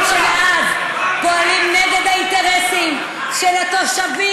איפה אתם רוצים לגור?